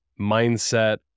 mindset